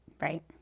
Right